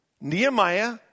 Nehemiah